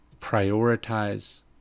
Prioritize